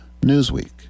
newsweek